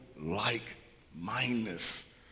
like-mindedness